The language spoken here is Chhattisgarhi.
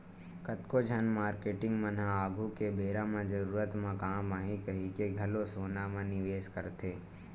कतको झन मारकेटिंग मन ह आघु के बेरा म जरूरत म काम आही कहिके घलो सोना म निवेस करथे